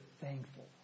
thankful